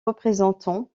représentant